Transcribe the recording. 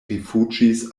rifuĝis